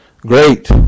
great